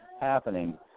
happening